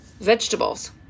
Vegetables